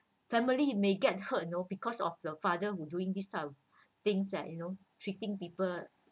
family may get hurt you know because of the father who doing this type of things that you know treating people